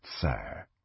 sir